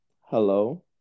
Hello